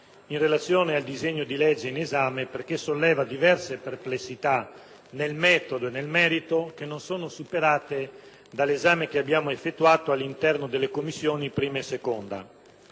in relazione al disegno di legge in esame perché esso solleva diverse perplessità, nel metodo e nel merito, che non sono superate dall'esame che abbiamo effettuato all'interno delle Commissioni 1a e 2a.